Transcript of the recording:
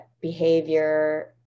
behavior